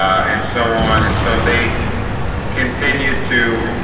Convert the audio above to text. and so on and so they continued to